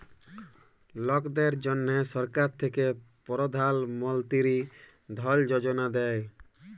লকদের জ্যনহে সরকার থ্যাকে পরধাল মলতিরি ধল যোজলা দেই